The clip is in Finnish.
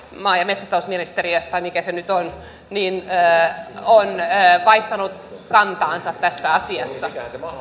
maa ja metsätalousministeriö tai mikä se nyt on ovat vaihtaneet kantaansa tässä asiassa